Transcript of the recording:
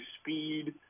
speed